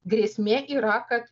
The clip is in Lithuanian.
grėsmė yra kad